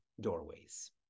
doorways